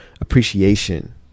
appreciation